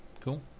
Cool